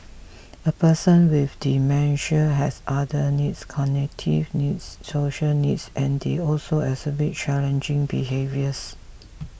a person with dementia has other needs cognitive needs social needs and they also exhibit challenging behaviours